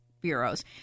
bureaus